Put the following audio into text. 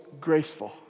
graceful